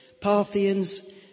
Parthians